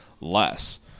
less